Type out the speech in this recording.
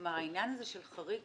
כלומר העניין הזה של חריג,